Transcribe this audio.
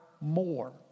more